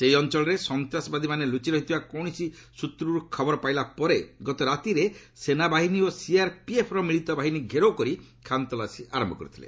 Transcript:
ସେହି ଅଞ୍ଚଳରେ ସନ୍ତାସବାଦୀମାନେ ଲୁଚି ରହିଥିବା କୌଣସି ସୂତ୍ରରୁ ଖବର ପାଇଲା ପରେ ଗତ ରାତିରେ ସେନାବାହିନୀ ଓ ସିଆର୍ପିଏଫ୍ର ମିଳିତ ବାହିନୀ ଘେରଉ କରି ଖାନତଲାସୀ ଆରମ୍ଭ କରିଥିଲେ